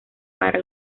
para